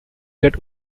get